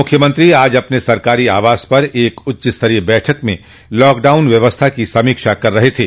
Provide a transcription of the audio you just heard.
मुख्यमंत्री आज अपने सरकारी आवास पर एक उच्चस्तरीय बैठक में लॉकडाउन व्यवस्था की समीक्षा कर रहे थे